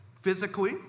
Physically